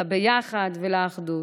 לביחד ולאחדות.